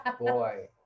Boy